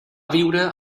viure